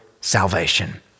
salvation